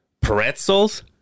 pretzels